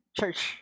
Church